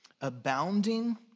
abounding